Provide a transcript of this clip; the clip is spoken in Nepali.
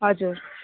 हजुर